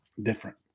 different